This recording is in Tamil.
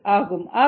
ஆகவே இது 2